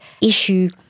issue